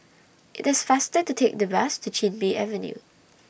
IT IS faster to Take The Bus to Chin Bee Avenue